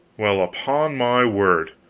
well, upon my word!